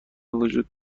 وجود